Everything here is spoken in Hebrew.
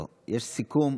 לכן, לסיכום,